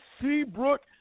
Seabrook